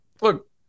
Look